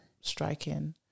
striking